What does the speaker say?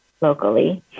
locally